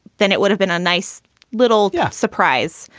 then it would have been a nice little yeah surprise.